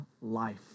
life